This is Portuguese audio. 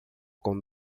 com